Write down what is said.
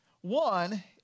One